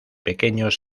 pequeños